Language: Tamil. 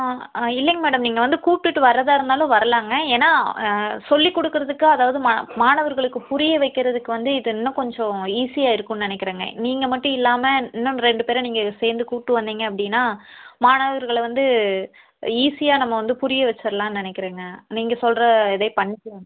ஆ ஆ இல்லைங்க மேடம் நீங்கள் வந்து கூப்பிட்டுட்டு வரதாக இருந்தாலும் வர்லாங்க ஏன்னா சொல்லி கொடுக்குறதுக்கு அதாவது மா மாணவர்களுக்கு புரிய வைக்கிறதுக்கு வந்து இது இன்னும் கொஞ்சம் ஈஸியாக இருக்குன்னு நினக்கிறங்க நீங்கள் மட்டும் இல்லாமல் இன்னும் ரெண்டு பேரை நீங்கள் சேர்ந்து கூப்பிட்டு வந்திங்க அப்படின்னா மாணவர்களை வந்து ஈஸியாக நம்ம வந்து புரிய வச்சுர்லான்னு நினக்கிறங்க நீங்கள் சொல்கிற இதே பண்ணிக்கலாங்க